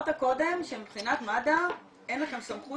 אמרת קודם שמבחינת מד"א אין לכם סמכות